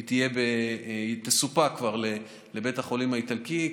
היא כבר תסופק לבית החולים האיטלקי.